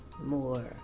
more